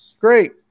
great